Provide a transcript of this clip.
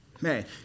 Man